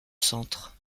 centre